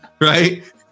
right